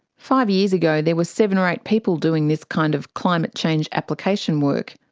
five years ago there were seven or eight people doing this kind of climate change application work.